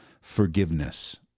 forgiveness